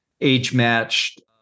age-matched